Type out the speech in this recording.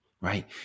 Right